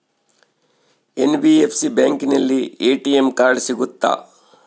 NBFC ಬ್ಯಾಂಕಿನಲ್ಲಿ ATM card ಸಿಗುತ್ತಾ?